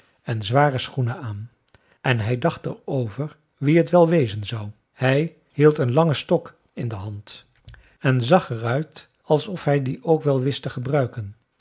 en zware schoenen aan en hij dacht er over wie het wel wezen zou hij hield een langen stok in de hand en zag er uit alsof hij dien ook wel wist te gebruiken